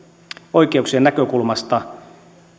oikeuksien näkökulmasta